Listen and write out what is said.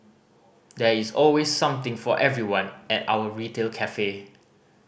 there is always something for everyone at our retail cafe